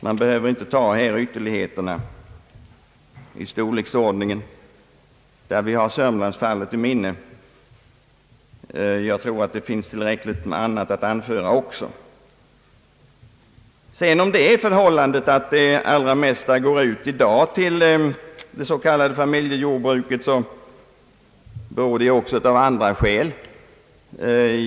Man behöver här inte ta ytterligheterna när det gäller storleken — vi har Sörmlandsfallet i minnet. Jag tror att det finns tillräckligt mycket annat att anföra ändå. Om det är så att det allra mesta i dag går till s.k. familjejordbruk beror det också på andra saker.